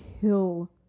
kill